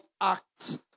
act